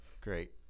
great